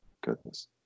goodness